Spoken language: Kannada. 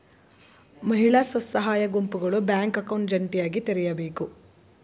ಮಹಿಳಾ ಸ್ವಸಹಾಯ ಗುಂಪುಗಳು ಬ್ಯಾಂಕ್ ಅಕೌಂಟ್ ಜಂಟಿಯಾಗಿ ತೆರೆಯಬೇಕು